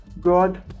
God